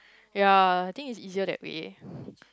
ya I think it's easier that way